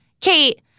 Kate